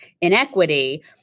inequity